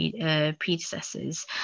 predecessors